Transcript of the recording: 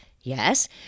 Yes